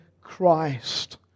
Christ